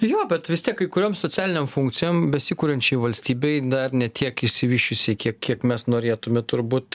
jo bet vis tiek kai kuriom socialinėm funkcijom besikuriančiai valstybei dar ne tiek išsivysčiusi kiek kiek mes norėtume turbūt